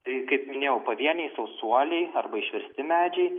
tai kaip minėjau pavieniai sausuoliai arba išversti medžiai